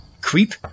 ...creep